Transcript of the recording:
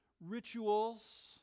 rituals